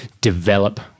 develop